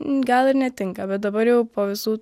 gal ir netinka bet dabar jau po visų